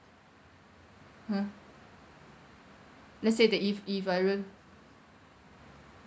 hmm let's say that if if I loan